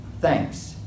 Thanks